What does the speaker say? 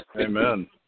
Amen